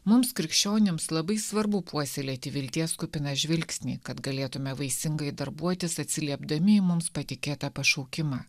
mums krikščionims labai svarbu puoselėti vilties kupiną žvilgsnį kad galėtume vaisingai darbuotis atsiliepdami į mums patikėtą pašaukimą